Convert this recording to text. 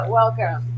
welcome